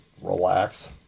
relax